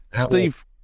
Steve